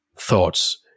Thoughts